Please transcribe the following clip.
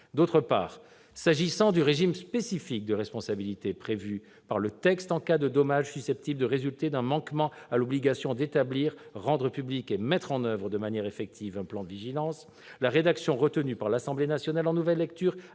D'autre part, s'agissant du régime spécifique de responsabilité prévu par le texte en cas de dommage susceptible de résulter d'un manquement à l'obligation d'établir, de rendre public et de mettre en oeuvre de manière effective un plan de vigilance, la rédaction retenue par l'Assemblée nationale en nouvelle lecture